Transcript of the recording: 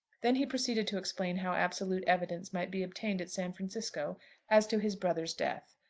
then he proceeded to explain how absolute evidence might be obtained at san francisco as to his brother's death.